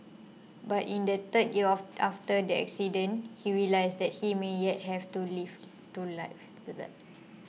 but in the third year after the accident he realised that he may yet have to life to live